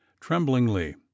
tremblingly